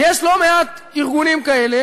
ויש לא-מעט ארגונים כאלה